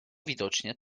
widocznie